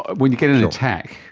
when you get an attack,